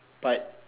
but